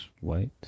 white